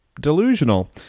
delusional